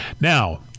now